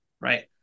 right